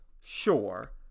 sure